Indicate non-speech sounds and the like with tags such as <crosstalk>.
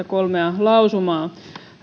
<unintelligible> kolmea lausumaa